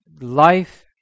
life